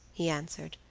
he answered,